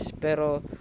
Pero